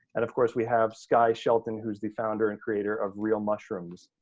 and of course we have skye shelton, who's the founder and creator of real mushrooms.